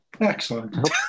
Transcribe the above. Excellent